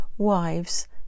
wives